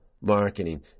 marketing